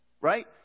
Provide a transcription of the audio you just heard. Right